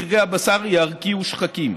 מחירי הבשר ירקיעו שחקים.